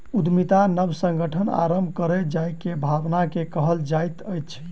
उद्यमिता नब संगठन आरम्भ करै के भावना के कहल जाइत अछि